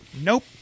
Nope